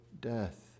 death